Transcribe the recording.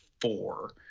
four